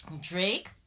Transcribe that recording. Drake